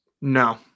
No